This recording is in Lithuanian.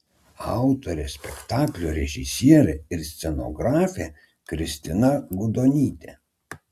autorė spektaklio režisierė ir scenografė kristina gudonytė